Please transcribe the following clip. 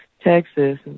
Texas